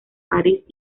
parís